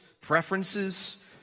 preferences